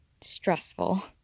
stressful